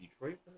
Detroit